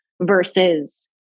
versus